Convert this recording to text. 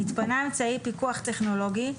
התפנה אמצעי פיקוח טכנולוגי,